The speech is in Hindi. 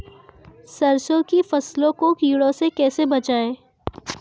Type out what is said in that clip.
सरसों की फसल को कीड़ों से कैसे बचाएँ?